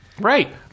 Right